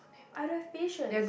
I don't have patience